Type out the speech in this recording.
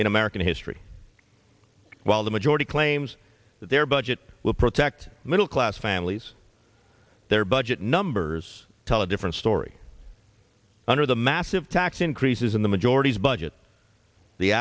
in american history while the majority claims that their budget will protect middle class families their budget numbers tell a different story under the massive tax increases in the majority's budget the